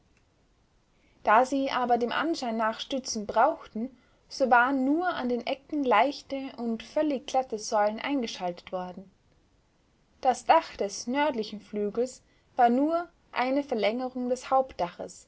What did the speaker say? da sie aber dem anschein nach stützen brauchten so waren nur an den ecken leichte und völlig glatte säulen eingeschaltet worden das dach des nördlichen flügels war nur eine verlängerung des hauptdaches